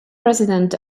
president